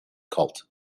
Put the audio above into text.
cult